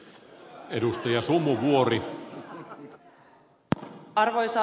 arvoisa puhemies